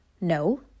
no